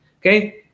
Okay